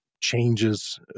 changes